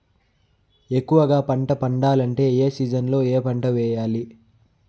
ఎక్కువగా పంట పండాలంటే ఏ సీజన్లలో ఏ పంట వేయాలి